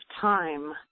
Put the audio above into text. time